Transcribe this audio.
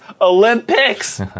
Olympics